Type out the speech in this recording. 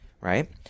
right